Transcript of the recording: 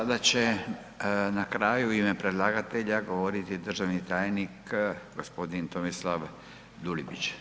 Sada će na kraju u ime predlagatelja govoriti državni tajnik gospodin Tomislav Dulibić.